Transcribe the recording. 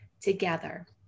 together